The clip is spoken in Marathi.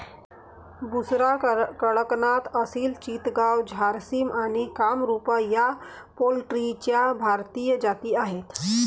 बुसरा, कडकनाथ, असिल चितगाव, झारसिम आणि कामरूपा या पोल्ट्रीच्या भारतीय जाती आहेत